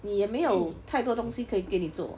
你也没有太多东西可以给你做